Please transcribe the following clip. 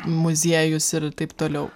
muziejus ir taip toliau